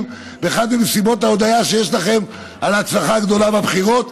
באחת ממסיבות ההודיה שיש לכם על ההצלחה הגדולה בבחירות.